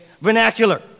vernacular